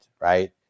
right